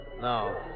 No